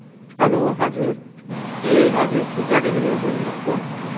हलो हजुर ए हजुर पिज्जा डेलिभरी बोल्नु भएको